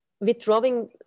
withdrawing